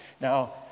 Now